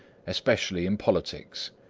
especially in politics.